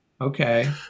Okay